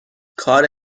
کار